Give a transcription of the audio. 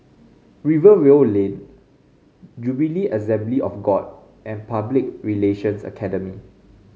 Rivervale Lane Jubilee Assembly of God and Public Relations Academy